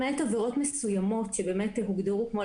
למעט עבירות מסוימות שהוגדרו כמו,